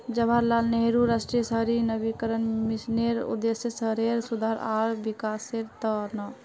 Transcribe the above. जवाहरलाल नेहरू राष्ट्रीय शहरी नवीकरण मिशनेर उद्देश्य शहरेर सुधार आर विकासेर त न